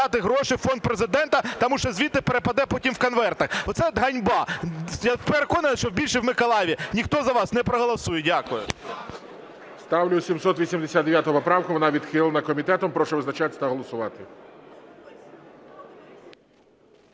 гроші у Фонд Президента, тому що звідти перепаде потім в конверти. Оце от ганьба. Я переконаний, що більше в Миколаєві ніхто за вас не проголосує. Дякую. ГОЛОВУЮЧИЙ. Ставлю 789 поправку. Вона відхилена комітетом. Прошу визначатись та голосувати.